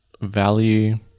value